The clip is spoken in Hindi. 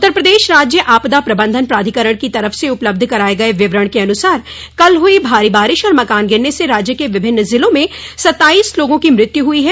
उत्तर प्रदेश राज्य आपदा प्रबंधन प्राधिकरण की तरफ से उपलब्ध कराये गये विवरण के अनुसार कल हुई भारी बारिश और मकान गिरने से राज्य के विभिन्न जिलों में सत्ताईस लोगों की मृत्यु हुई है